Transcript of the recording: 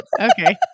Okay